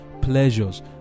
pleasures